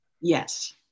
Yes